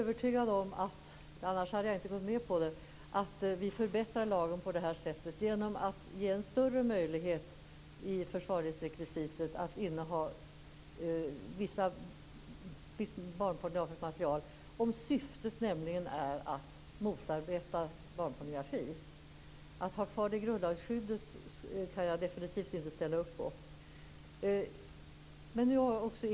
Herr talman! Om jag inte hade varit övertygad om att vi förbättrar lagen på detta sätt hade jag inte gått med på detta. Vi ger en större möjlighet i försvarlighetsrekvisitet till visst innehav av barnpornografiskt material om syftet är att motarbeta barnpornografi. Jag kan inte ställa mig bakom ett förslag om att ha kvar detta i grundlagen.